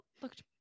looked